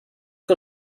que